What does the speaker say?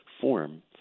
form